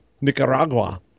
Nicaragua